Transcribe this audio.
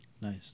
nice